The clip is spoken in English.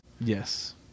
yes